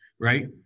right